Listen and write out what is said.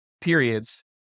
periods